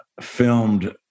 filmed